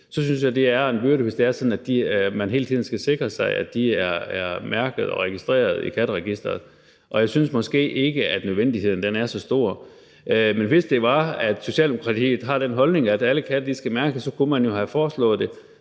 så synes jeg, det er en byrde, hvis det er sådan, at man hele tiden skal sikre sig, at de er mærkede og registreret i Katteregisteret, og jeg synes måske ikke, at nødvendigheden er så stor. Men hvis det var, at Socialdemokratiet havde den holdning, at alle katte skulle mærkes, kunne man jo have foreslået, at